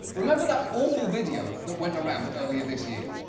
remember that awful video that went around earlier this year.